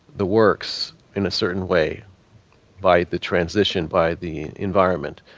the works in a certain way by the transition by the environment.